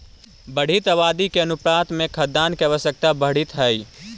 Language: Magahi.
बढ़ीत आबादी के अनुपात में खाद्यान्न के आवश्यकता बढ़ीत हई